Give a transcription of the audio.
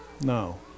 No